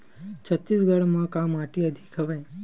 छत्तीसगढ़ म का माटी अधिक हवे?